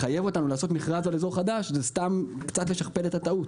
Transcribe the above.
לחייב אותנו לעשות מכרז על אזור חדש זה סתם קצת לשכפל את הטעות.